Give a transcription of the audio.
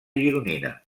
gironina